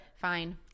fine